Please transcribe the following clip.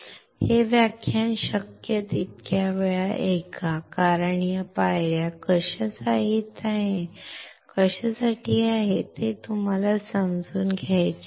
हे व्याख्यान शक्य तितक्या वेळा ऐका कारण या पायऱ्या कशासाठी आहेत हे तुम्हाला समजून घ्यायचे आहे